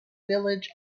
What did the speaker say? village